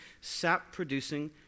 sap-producing